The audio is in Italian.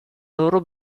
loro